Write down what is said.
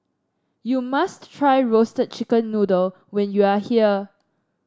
you must try Roasted Chicken Noodle when you are here